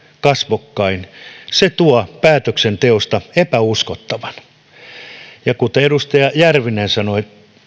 kasvokkain tekee päätöksenteosta epäuskottavaa kuten edustaja järvinen sanoi